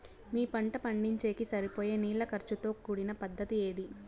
మీ పంట పండించేకి సరిపోయే నీళ్ల ఖర్చు తో కూడిన పద్ధతి ఏది?